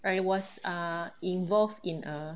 I was err involved in a